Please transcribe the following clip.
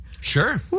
Sure